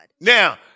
Now